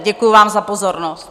Děkuju vám za pozornost.